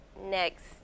Next